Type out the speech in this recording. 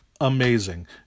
amazing